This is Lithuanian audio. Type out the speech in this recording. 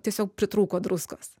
tiesiog pritrūko druskos